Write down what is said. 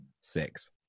Six